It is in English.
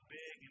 big